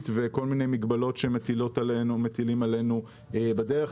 וכל מיני מגבלות שמטילים עלינו בדרך.